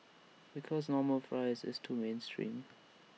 because normal fries is too mainstream